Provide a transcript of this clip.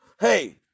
Hey